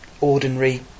ordinary